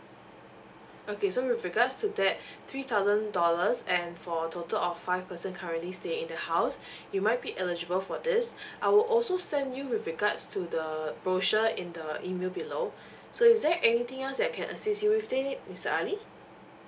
okay so with regards to that three thousand dollars and for a total of five person currently staying in the house you might be eligible for this I will also send you with regards to the brochure in the email below so is there anything else that I can assist you with it mister ali